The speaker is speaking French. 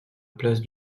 place